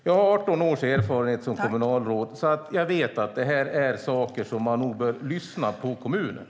Jag har 18 års erfarenhet som kommunalråd och vet att i sådana här fall bör man nog lyssna på kommunerna.